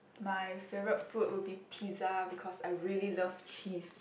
my favourite food would be pizza because I really love cheese